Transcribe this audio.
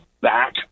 back